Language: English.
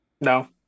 No